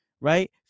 right